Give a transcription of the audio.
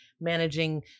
managing